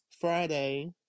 friday